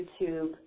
YouTube